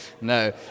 No